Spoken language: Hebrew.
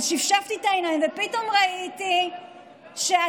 אבל שפשפתי את העיניים ופתאום ראיתי שאתם